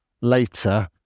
later